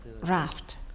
raft